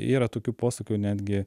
yra tokių posakių netgi